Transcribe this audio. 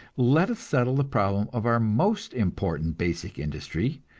let us settle the problem of our most important basic industry,